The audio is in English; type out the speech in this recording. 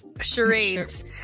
charades